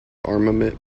armament